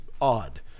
odd